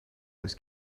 was